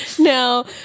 Now